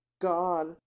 God